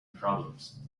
problems